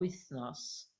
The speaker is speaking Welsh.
wythnos